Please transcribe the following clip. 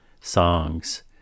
Songs